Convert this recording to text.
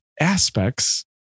aspects